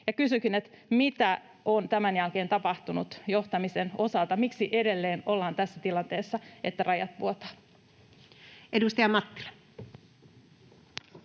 Kysynkin: Mitä on tämän jälkeen tapahtunut johtamisen osalta? Miksi edelleen ollaan tässä tilanteessa, että rajat vuotavat?